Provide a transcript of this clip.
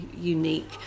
unique